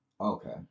Okay